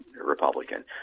Republican